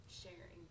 sharing